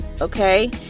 okay